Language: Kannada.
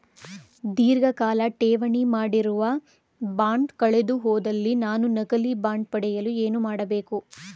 ಧೀರ್ಘಕಾಲ ಠೇವಣಿ ಮಾಡಿರುವ ಬಾಂಡ್ ಕಳೆದುಹೋದಲ್ಲಿ ನಾನು ನಕಲಿ ಬಾಂಡ್ ಪಡೆಯಲು ಏನು ಮಾಡಬೇಕು?